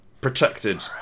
Protected